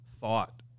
thought